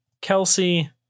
Kelsey